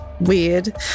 weird